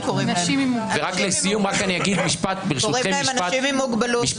קוראים להם אנשים עם מוגבלות.